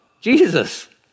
Jesus